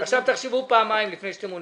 עכשיו תחשבו פעמיים לפני שאתם עונים.